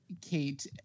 Kate